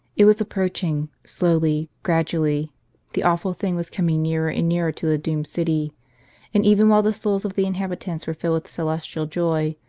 it was approaching, slowly, gradually the awful thing was coming nearer and nearer to the doomed city and even while the souls of the inhabitants were filled with celestial joy.